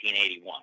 1981